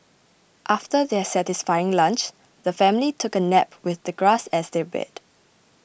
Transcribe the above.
after their satisfying lunch the family took a nap with the grass as their bed